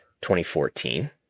2014